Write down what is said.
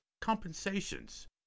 compensations